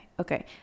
Okay